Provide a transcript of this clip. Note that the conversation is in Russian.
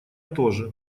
тоже